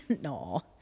No